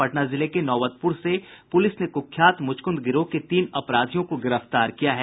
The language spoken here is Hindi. पटना जिले के नौबतपुर से पुलिस ने कुख्यात मुचकुंद गिरोह के तीन अपराधियों को गिरफ्तार किया है